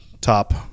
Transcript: top